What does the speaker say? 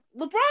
LeBron